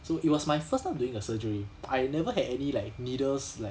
so it was my first time doing a surgery I never had any like needles like